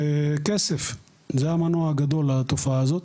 כסף זה המנוע הגדול לתופעה הזאת.